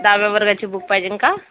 दहाव्या वर्गाची बुक पाहिजेन का